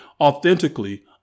authentically